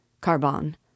Carbon